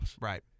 Right